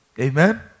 Amen